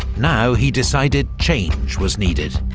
now he decided change was needed.